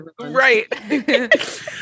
right